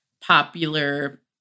popular